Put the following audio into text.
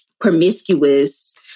promiscuous